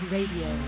Radio